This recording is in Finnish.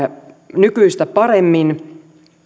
nykyistä paremmin